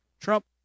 Trump